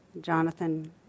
Jonathan